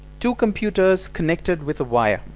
two computers connected with a wire.